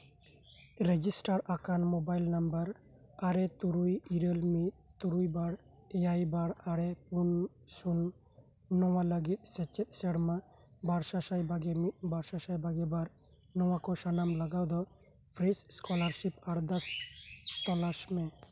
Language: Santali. ᱨᱮᱡᱤᱥᱴᱟᱨ ᱟᱠᱟᱱ ᱢᱳᱵᱟᱭᱤᱠ ᱱᱚᱢᱵᱚᱨ ᱟᱨᱮ ᱛᱩᱨᱩᱭ ᱤᱨᱟᱹᱞ ᱢᱤᱫ ᱛᱩᱨᱩᱭ ᱵᱟᱨ ᱮᱭᱟᱭ ᱵᱟᱨ ᱟᱨᱮ ᱯᱩᱱ ᱥᱩᱱ ᱱᱚᱣᱟ ᱞᱟᱹᱜᱤᱫ ᱥᱮᱪᱮᱫ ᱥᱮᱨᱢᱟ ᱵᱟᱨ ᱥᱟᱸᱥᱟᱭ ᱵᱟᱜᱮ ᱢᱤᱫᱵᱟᱨ ᱥᱟᱸᱥᱟᱭ ᱵᱟᱜᱮ ᱵᱟᱨ ᱱᱚᱣᱟ ᱠᱚ ᱥᱟᱱᱟᱢ ᱞᱟᱜᱟᱣ ᱫᱚ ᱯᱷᱮᱨᱮᱥ ᱚᱥᱠᱚᱞᱟᱨᱥᱤᱯ ᱟᱨᱫᱟᱥ ᱛᱚᱞᱟᱥ ᱢᱮ